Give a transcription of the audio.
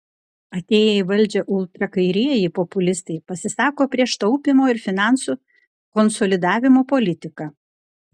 atėję į valdžią ultrakairieji populistai pasisako prieš taupymo ir finansų konsolidavimo politiką